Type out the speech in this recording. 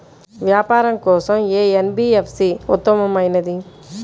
వ్యాపారం కోసం ఏ ఎన్.బీ.ఎఫ్.సి ఉత్తమమైనది?